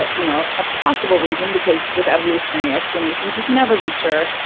ah you know a possible reason because with evolutionary explanations we can never be sure.